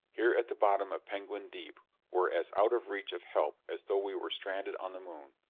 here at the bottom of penguin deep we're as out of reach of help as though we were stranded on the moon.